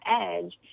edge